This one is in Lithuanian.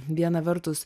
viena vertus